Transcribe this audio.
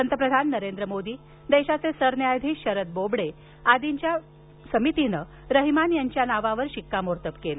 पंतप्रधान नरेंद्र मोदी देशाचे सरन्यायाधीश शरद बोबडे आदींनी रहिमान यांची नावावर शिक्कामोर्तब केलं